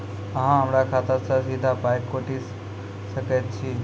अहॉ हमरा खाता सअ सीधा पाय काटि सकैत छी?